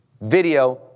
video